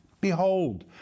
Behold